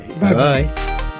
Bye-bye